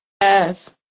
yes